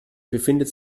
befindet